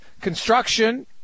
Construction